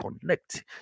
connect